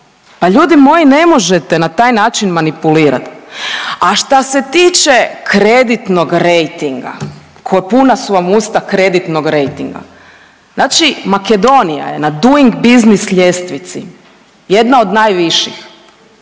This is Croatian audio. Pa ljudi moji ne možete na taj način manipulirat. A šta se tiče kreditnoj rejtinga koja puna su vam usta kreditnog rejtinga, znači Makedonija je da doing business ljestvici jedna od najviših,